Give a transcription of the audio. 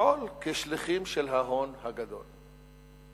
כשליחים של ההון הגדול.